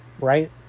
right